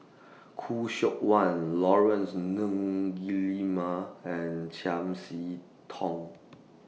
Khoo Seok Wan Laurence Nunns Guillemard and Chiam See Tong